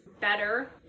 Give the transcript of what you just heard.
better